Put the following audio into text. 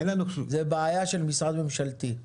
זו בעיה של משרד ממשלתי.